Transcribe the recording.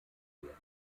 werden